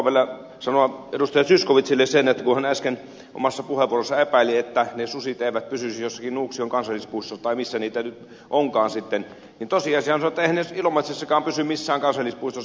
zyskowiczille sen kun hän äsken omassa puheenvuorossaan epäili että ne sudet eivät pysyisi jossakin nuuksion kansallispuistossa tai missä niitä nyt onkaan sitten että tosiasiahan on että eiväthän ne ilomantsissakaan pysy missään kansallispuistossa